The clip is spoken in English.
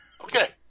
Okay